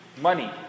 Money